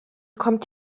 kommt